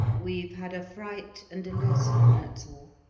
we've had a fright and a lesson, that's all.